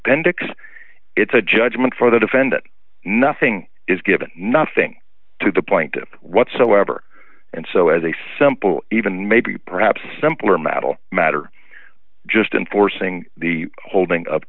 appendix it's a judgment for the defendant nothing is given nothing to the point whatsoever and so as a simple even maybe perhaps simpler metal matter just enforcing the holding up